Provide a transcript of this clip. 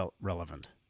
relevant